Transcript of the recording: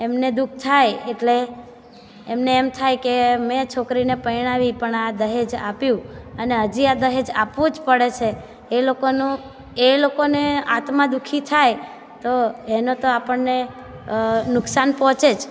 એમને દુખ થાય એટલે એમને એમ થાય કે મેં છોકરીને પરણાવી પણ આ દહેજ આપ્યું અને હજી આ દહેજ આપવું જ પડે છે એ લોકોનું એ લોકોને આત્મા દુખી થાય તો એનો તો આપણને નુકસાન પહોંચે જ